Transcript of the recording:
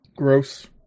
Gross